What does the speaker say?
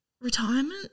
retirement